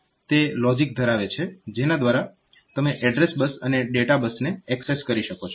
તે લોજીક ધરાવે છે જેના દ્વારા તમે એડ્રેસ બસ અને ડેટા બસને એક્સેસ કરી શકો છો